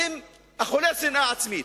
אתם אכולי שנאה עצמית.